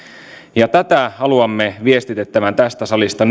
ja tätä haluamme viestitettävän tästä salista